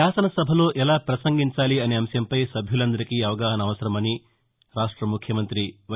శాసనసభలో ఎలా పసంగించాలి అనే అంశంపై సభ్యులందరికీ అవగాహన అవసరమని ముఖ్యమంత్రి వై